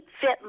fit